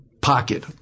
pocket